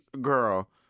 girl